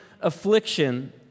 affliction